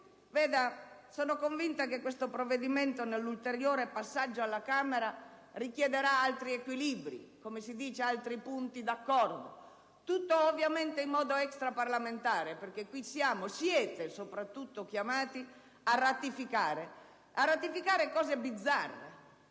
più, sono convinta che questo provvedimento, nell'ulteriore passaggio alla Camera, richiederà altri equilibri, come si dice, altri punti di accordo. Tutto ovviamente in modo extraparlamentare, perché qui siete sopratutto chiamati a ratificare, a ratificare